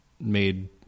made